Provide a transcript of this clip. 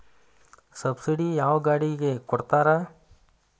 Subsidy ಯಾವ ಗಾಡಿಗೆ ಕೊಡ್ತಾರ?